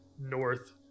north